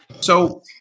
So-